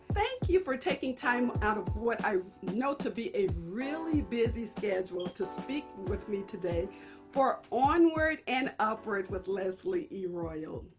thank you for taking time out of what i know to be a really busy schedule to speak with me today for onward and amp upward with leslie e. royal.